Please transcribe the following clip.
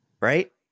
Right